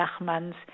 Nachman's